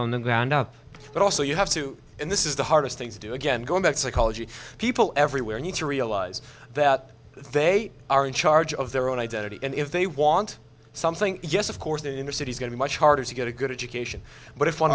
from the ground up but also you have to and this is the hardest thing to do again go back psychology people everywhere need to realize that they are in charge of their own identity and if they want something yes of course the inner city is going to be much harder to get a good education but if one